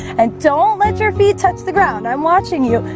and don't let your feet touch the ground. i'm watching you.